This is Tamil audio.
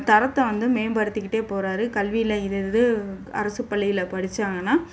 தரத்தை வந்து மேம்படுத்திக்கிட்டே போகிறாரு கல்வியில் இது இது அரசுப் பள்ளியில் படித்தாங்கன்னா